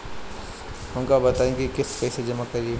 हम का बताई की किस्त कईसे जमा करेम?